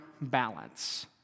balance